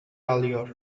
alıyor